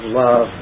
love